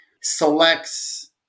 selects